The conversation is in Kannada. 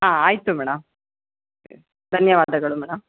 ಹಾಂ ಆಯಿತು ಮೇಡಮ್ ಧನ್ಯವಾದಗಳು ಮೇಡಮ್